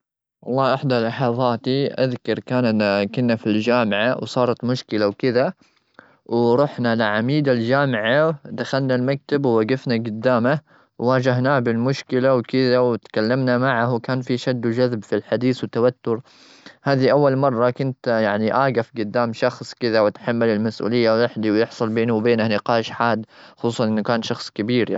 والله إحدى لحظاتي أذكر كننا-كنا في الجامعة وصارت مشكلة وكذا. ورحنا لعميد الجامعة، دخلنا المكتب ووقفنا قدامه وواجهناه بالمشكلة وكذا. وتكلمنا معه وكان في شد وجذب في الحديث وتوتر. هذي أول مرة كنت يعني أقف قدام شخص كذا وأتحمل المسؤولية. ويحدي ويحصل بيني وبينه نقاش حاد، خصوصا أنه كان شخص كبيريعني.